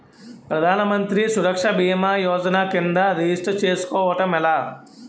ప్రధాన మంత్రి సురక్ష భీమా యోజన కిందా రిజిస్టర్ చేసుకోవటం ఎలా?